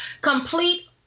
Complete